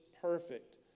perfect